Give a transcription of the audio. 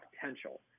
potential